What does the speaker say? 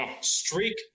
streak